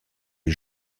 les